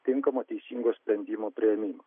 tinkamą teisingo sprendimo priėmimą